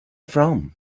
from